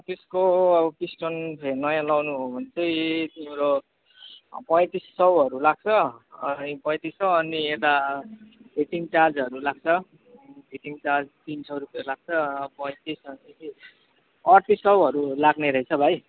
त्यसको अब पिस्टन नयाँ लाउनु हो भने चाहिँ तिम्रो पैँतिस सयहरू लाग्छ पैँतिस सय अनि यता फिटिङ चार्जहरू लाग्छ फिटिङ चार्ज तिन सय रुपियाँ लाग्छ पैँतिस अनि अठतिस सयहरू लाग्ने रहेछ भाइ